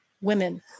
Women